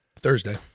Thursday